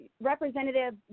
representative